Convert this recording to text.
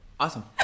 Awesome